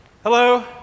Hello